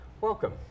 Welcome